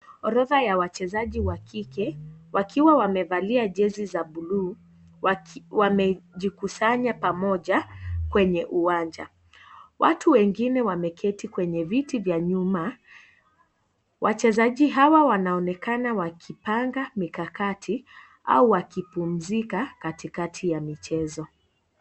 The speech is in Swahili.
Orodha ya wachezaji wa kike wakiwa wamevalia jezi za buluu; wamejikusanya pamoja kwenye uwanja. Watu wengine wameketi kwenye viti vya nyuma. Wachezaji hawa wanaonekana wakipanga mikakati au wakipumzika katikati ya michezo.